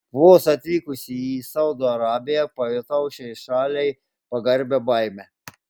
vos atvykusi į saudo arabiją pajutau šiai šaliai pagarbią baimę